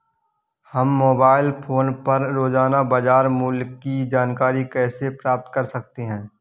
हम mobile phone पर रोजाना बाजार मूल्य की जानकारी कैसे प्राप्त कर सकते हैं?